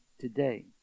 today